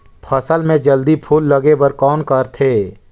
फसल मे जल्दी फूल लगे बर कौन करथे?